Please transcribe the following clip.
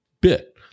bit